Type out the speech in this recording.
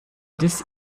this